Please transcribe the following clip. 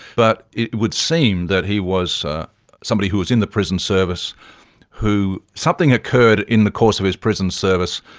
but it would seem that he was ah somebody who was in the prison service who, something occurred in the course of his prison service,